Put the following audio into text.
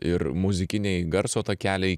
ir muzikiniai garso takeliai